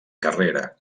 carrera